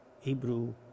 Hebrew